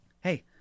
Hey